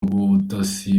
rw’ubutasi